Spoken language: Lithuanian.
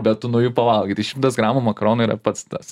bet tu nuo jų pavalgai tai šimtas gramų makaronų yra pats tas